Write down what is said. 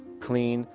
clean,